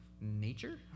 Nature